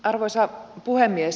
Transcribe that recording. arvoisa puhemies